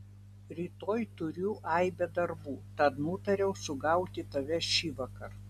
rytoj turiu aibę darbų tad nutariau sugauti tave šįvakar